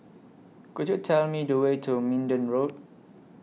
Could YOU Tell Me The Way to Minden Road